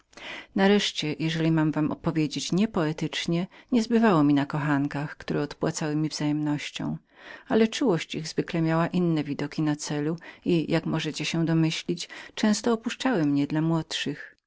nareszcie jeżeli mam wam powiedzieć nie poetycznie nie zbywało mi na kochankach które odpłacały mi wzajemnością ale czułość ich zwykle miała inne widoki na celu i jak możecie domyślić się często opuszczała mnie dla młodszych